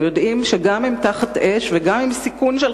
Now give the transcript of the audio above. אנחנו יודעים שגם אם תחת אש וגם אם בסיכון של